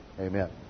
Amen